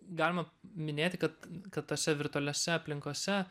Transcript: galima minėti kad kad tose virtualiose aplinkose